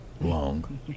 long